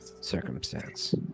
Circumstance